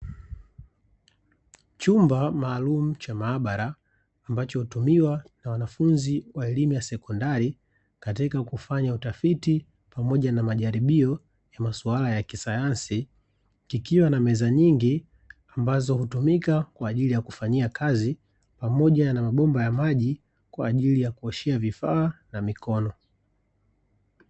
Chumba maalumu cha maabara, ambacho hutumiwa na wanafunzi wa elimu ya sekondari katika kufanya utafiti pamoja na majaribio ya maswala ya kisayansi, kikiwa na meza nyingi ambazo hutumika kwa ajili ya kufanyia kazi pamoja na huduma ya maji kwa ajili ya kuoshea vifaa na mikono.